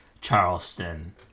Charleston